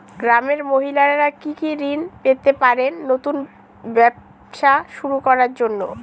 গ্রামের মহিলারা কি কি ঋণ পেতে পারেন নতুন ব্যবসা শুরু করার জন্য?